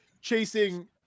chasing